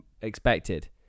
expected